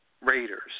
Raiders